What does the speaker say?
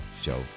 show